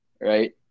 right